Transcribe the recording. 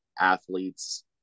athletes